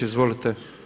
Izvolite.